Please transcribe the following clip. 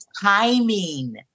timing